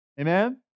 Amen